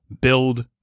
build